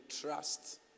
trust